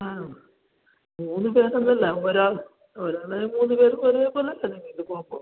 ആ മൂന്ന് പേരല്ല അല്ല ഒരാൾ ഒരാൾ മൂന്ന് പേരും ഒരേ പോലെ അല്ലേ ഇത് പോവുമ്പോൾ